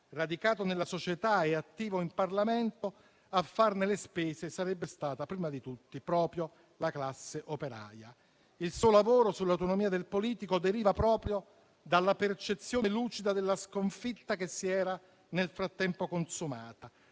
radicato nella società e attivo in Parlamento, a farne le spese sarebbe stata, prima di tutti, proprio la classe operaia. Il suo lavoro sull'autonomia del politico deriva proprio dalla percezione lucida della sconfitta che si era nel frattempo consumata